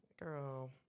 Girl